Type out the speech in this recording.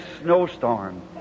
snowstorm